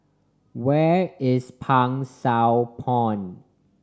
where is Pang Sua Pond